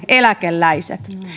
eläkeläiset